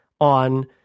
on